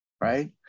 Right